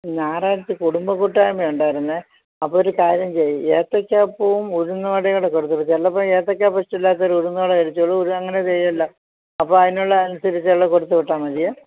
ഞായറാഴച കുടുംബ കൂട്ടായ്മ ഉണ്ടായിരുന്നേ അപ്പോഴൊരു കാര്യം ചെയ്യൂ ഏത്തയ്ക്കാ അപ്പവും ഉഴുന്ന വടയും കൊടുത്ത് വിട്ടോളൂ ചിലപ്പോള് ഏത്തക്കാ പറ്റില്ലാത്തവര് ഉഴുന്ന വട കഴിച്ചോളും അങ്ങനെ ചെയ്യാമല്ലോ അപ്പോള് അതിനുള്ള അനുസരിച്ചുള്ളതു കൊടുത്തു വിട്ടാല് മതിയേ